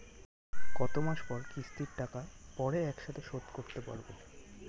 কত মাস পর কিস্তির টাকা পড়ে একসাথে শোধ করতে পারবো?